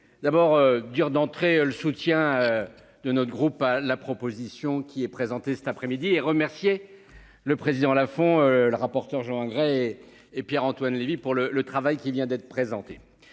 d'abord dur d'entrée le soutien. De notre groupe à la proposition qui est présentée cet après-midi et remercié le président là font le rapporteur Jean engrais et Pierre-Antoine Levi pour le le travail qui vient d'être présenté.